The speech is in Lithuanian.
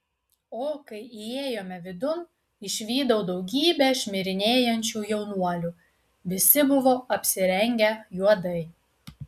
o kai įėjome vidun išvydau daugybę šmirinėjančių jaunuolių visi buvo apsirengę juodai